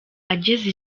ageza